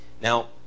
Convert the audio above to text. Now